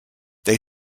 they